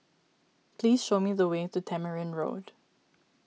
please show me the way to Tamarind Road